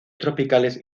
tropicales